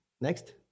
Next